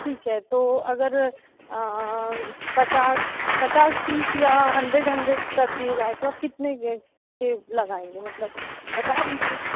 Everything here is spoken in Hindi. ठीक है तो अगर पचास पचास पीस या हन्ड्रेड हन्ड्रेड कर दिए जाएँ तो कितने के के लगाएँगे मतलब बता दीजिए